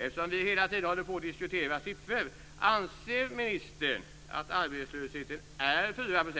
Eftersom vi hela tiden håller på att diskutera siffror undrar jag: Anser ministern att arbetslösheten är 4 %,